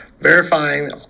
verifying